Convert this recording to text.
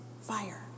Fire